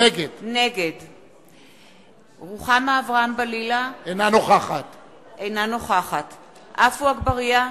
נגד רוחמה אברהם-בלילא, אינה נוכחת עפו אגבאריה,